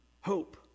Hope